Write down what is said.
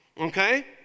okay